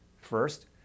First